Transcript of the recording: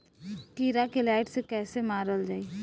कीड़ा के लाइट से कैसे मारल जाई?